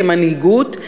כמנהיגות,